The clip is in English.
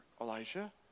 Elijah